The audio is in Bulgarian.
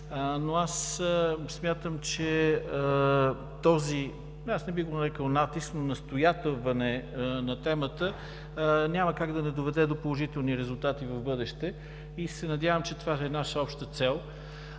Но аз смятам, че този – аз не бих го нарекъл „натиск“, но настояване на темата – няма как да не доведе до положителни резултати в бъдеще и се надявам, че това е наша обща цел.